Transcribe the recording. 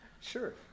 Sure